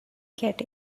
get